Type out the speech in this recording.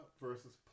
versus